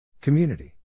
Community